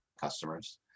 customers